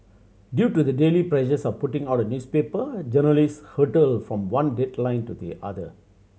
due to the daily pressures of putting out a newspaper journalist hurtle from one deadline to the other